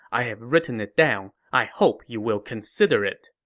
i have written it down. i hope you will consider it.